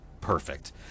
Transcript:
perfect